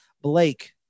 Blake